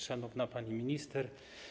Szanowna Pani Minister!